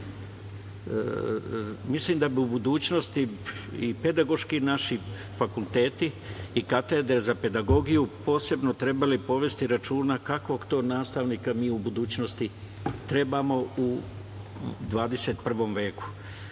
Mislim da bi u budućnosti i pedagoški naši fakulteti i katedre za pedagogiju posebno trebali povesti računa kakvog to nastavnika mi u budućnosti trebamo u 21. veku. Ne